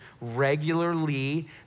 regularly